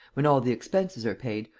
when all the expenses are paid,